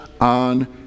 on